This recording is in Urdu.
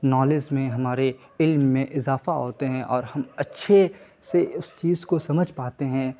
نالز میں ہمارے علم میں اضافہ ہوتے ہیں اور ہم اچھے سے اس چیز کو سمجھ پاتے ہیں